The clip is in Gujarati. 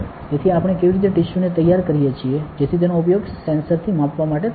તેથી આપણે કેવી રીતે ટિસ્યૂને તૈયાર કરીએ છીએ જેથી તેનો ઉપયોગ સેન્સરથી માપવા માટે થઈ શકે